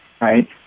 right